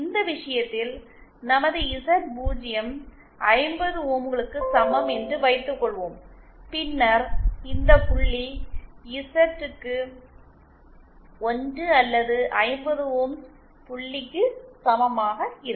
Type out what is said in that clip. இந்த விஷயத்தில் நமது இசட்0 50 ஓம்களுக்கு சமம் என்று வைத்துக்கொள்வோம் பின்னர் இந்த புள்ளி இசட் க்கு 1 அல்லது 50 ஓம்ஸ் புள்ளிக்கு சமமாக இருக்கும்